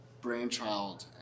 brainchild